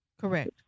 Correct